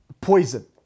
poison